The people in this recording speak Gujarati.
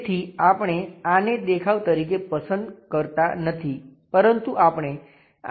તેથી આપણે આને દેખાવ તરીકે પસંદ કરતા નથી પરંતુ આપણે આ દેખાવને પસંદ કરીએ છીએ